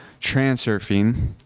Transurfing